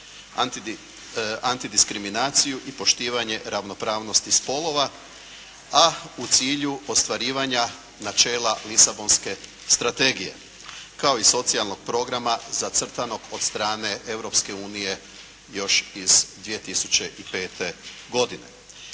Antidiskirminaciju i poštivanje ravnopravnosti spolova, a u cilju ostvarivanja načela Lisabonske strategije kao i socijalnog programa zacrtanog od strane Europske unije još iz 2005. godine.